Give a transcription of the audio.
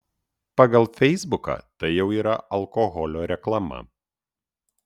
pagal feisbuką tai jau yra alkoholio reklama